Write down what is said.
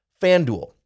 FanDuel